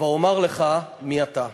ואומר לך מי אתה.